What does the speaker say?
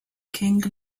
king